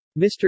Mr